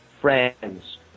friends